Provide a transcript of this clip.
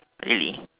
really